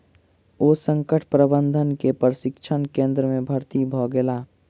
ओ संकट प्रबंधन के प्रशिक्षण केंद्र में भर्ती भ गेला